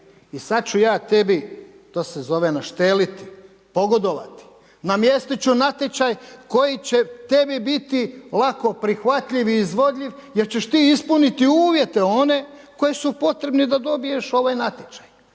i sad ću ja tebi, to se zove našteliti, pogodovati, namjestit ću natječaj koji će tebi biti lako prihvatljiv i izvodljiv jer ćeš ti ispuniti uvjete one koji su potrebni da dobiješ ovaj natječaj.